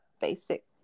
basic